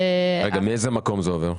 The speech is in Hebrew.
מאיזה מקום זה עובר?